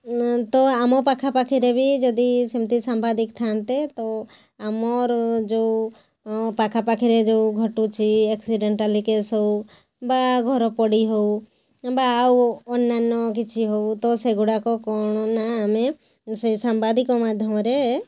ତ ଆମ ପାଖାପାଖିରେ ବି ଯଦି ସେମିତି ସାମ୍ବାଦିକ ଥାଆନ୍ତେ ତ ଆମର ଯେଉଁ ପାଖାପାଖିରେ ଯେଉଁ ଘଟୁଛି ଏକ୍ସିଡ଼େଣ୍ଟାଲ୍ କେସ୍ ହଉ ବା ଘରପୋଡ଼ି ହଉ ବା ଆଉ ଅନ୍ୟାନ୍ୟ କିଛି ହଉ ତ ସେଗୁଡ଼ାକ କ'ଣ ନା ଆମେ ସେହି ସାମ୍ବାଦିକ ମାଧ୍ୟମରେ